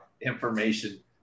information